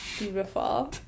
Beautiful